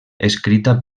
escrita